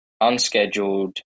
unscheduled